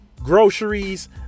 groceries